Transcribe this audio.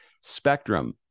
Spectrum